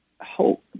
hope